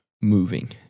moving